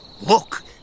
Look